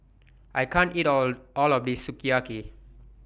I can't eat All All of This Sukiyaki